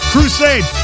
Crusade